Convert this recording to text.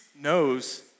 knows